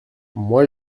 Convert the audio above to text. moi